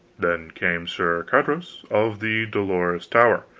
then came sir carados of the dolorous tower,